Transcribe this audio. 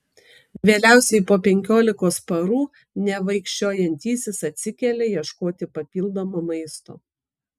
vėliausiai po penkiolikos parų nevaikščiojantysis atsikelia ieškoti papildomo maisto